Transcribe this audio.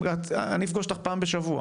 אני אפגוש אותך פעם בשבוע